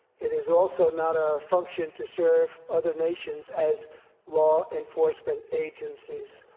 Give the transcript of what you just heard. it is also not our function to serve other nations as law enforcement agencies.